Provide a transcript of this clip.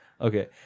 Okay